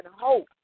hope